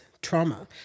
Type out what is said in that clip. trauma